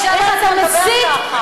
חבר הכנסת מיקי רוזנטל,